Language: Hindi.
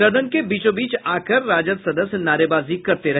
सदन के बीचोबीच आकर राजद सदस्य नारेबाजी करते रहे